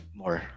more